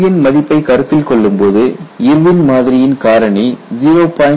ன் மதிப்பை கருத்தில் கொள்ளும்போது இர்வின் மாதிரியின் காரணி 0